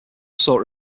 sought